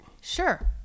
Sure